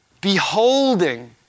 Beholding